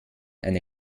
eine